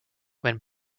when